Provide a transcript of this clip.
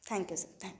thank you sir thank you